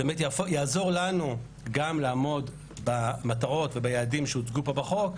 זה באמת יעזור לנו גם לעמוד במטרות וביעדים שהוצגו פה בחוק,